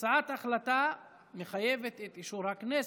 הצעת החלטה מחייבת את אישור הכנסת.